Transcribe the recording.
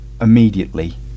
immediately